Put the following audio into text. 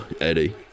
Eddie